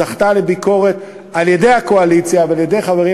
היא זכתה לביקורת של הקואליציה ושל חברים,